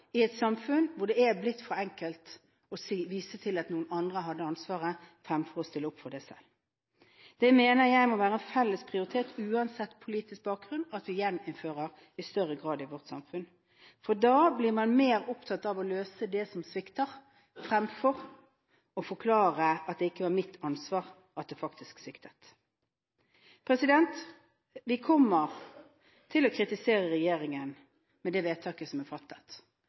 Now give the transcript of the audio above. i et samfunn der det er blitt for enkelt å vise til at noen andre har ansvaret, fremfor å stille opp selv. Dette mener jeg må være en felles prioritet – uansett politisk bakgrunn – å gjeninnføre i større grad i vårt samfunn. Da blir man mer opptatt av å løse det som svikter, fremfor å forklare at man ikke var ansvarlig for at det faktisk sviktet. Vi kommer til å kritisere regjeringen med det vedtaket som er fattet.